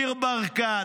ניר ברקת,